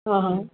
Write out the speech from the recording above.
हां हां